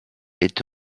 est